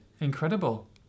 Incredible